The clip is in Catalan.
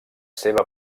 seva